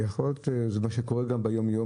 יכול להיות מה שקורה גם ביום יום,